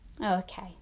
Okay